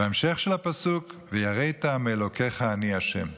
וההמשך של הפסוק: "ויראת מאלוקיך אני ה'".